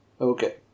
Okay